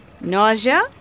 Nausea